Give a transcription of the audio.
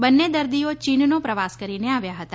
બંને દર્દીઓ ચીનનો પ્રવાસ કરીને આવ્યા હતા